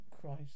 Christ